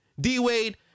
D-Wade